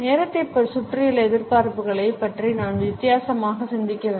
நேரத்தைச் சுற்றியுள்ள எதிர்பார்ப்புகளைப் பற்றி நாம் வித்தியாசமாக சிந்திக்க வேண்டும்